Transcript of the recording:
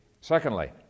Secondly